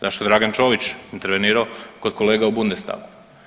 Zašto je Dragan Čović intervenirao kod kolega u Bundestagu?